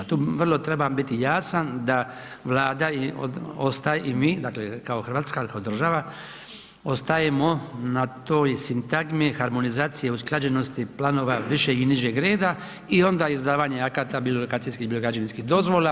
Tu vrlo trebam biti jasan da Vlada ostaje i mi kao Hrvatska, kao država ostajemo na toj sintagmi harmonizacije usklađenosti planova višeg i nižeg reda i onda izdavanja akata bilo lokacijskih, bilo građevinskih dozvola.